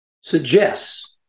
suggests